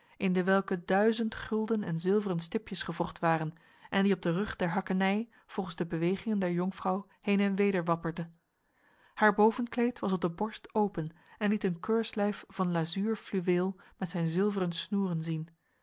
in dewelke duizend gulden en zilveren stipjes gewrocht waren en die op de rug der hakkenij volgens de bewegingen der jonkvrouw heen en weder wapperde haar bovenkleed was op de borst open en liet een keurslijf van lazuur fluweel met zijn zilveren snoeren zien